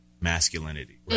masculinity